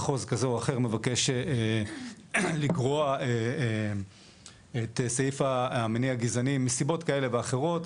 מחוז כזה או אחר מבקש לגרוע את סעיף המניע הגזעני מסיבות כאלה ואחרות.